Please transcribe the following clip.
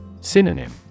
Synonym